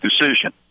decision